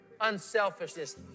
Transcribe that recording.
unselfishness